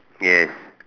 yes